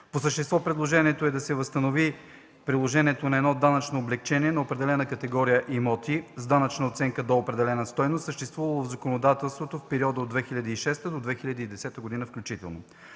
По същество предложението е да се възстанови приложението на едно данъчно облекчение за определена категория имоти с данъчна оценка до определена стойност, съществувала в законодателството в периода от 2006 до 2010 г. включително.